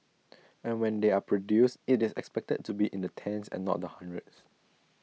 and when they are produced IT is expected to be in the tens and not the hundreds